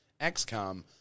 XCOM